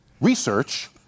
research